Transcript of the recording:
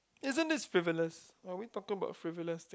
isn't this frivolous are we talking about frivolous thing